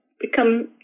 become